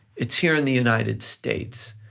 it's here in the united states,